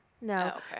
no